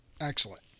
Excellent